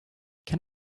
can